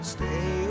stay